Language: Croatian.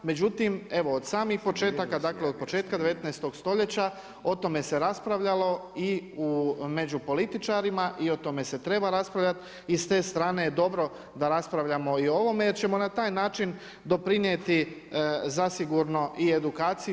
Međutim, evo od samih početaka, dakle, od početak 19. st. o tome se raspravljalo i među političarima i o tome se treba raspravljati i s te strane je dobro da raspravljamo i o ovome jer ćemo i na taj način doprinijeti zasigurno i edukaciju.